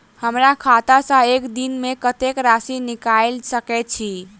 हमरा खाता सऽ एक दिन मे कतेक राशि निकाइल सकै छी